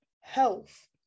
health